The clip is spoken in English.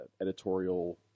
editorial